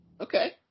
Okay